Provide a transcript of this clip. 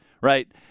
right